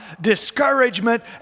discouragement